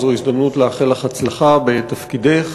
זו הזדמנות לאחל לך הצלחה בתפקידך.